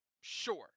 sure